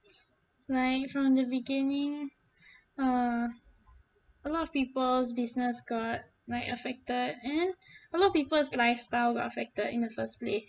like from the beginning uh a lot of people's business got like affected and a lot of people's lifestyle got affected in the first place